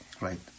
Right